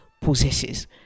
possesses